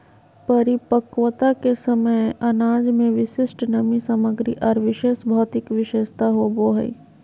परिपक्वता के समय अनाज में विशिष्ट नमी सामग्री आर विशेष भौतिक विशेषता होबो हइ